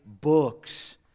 books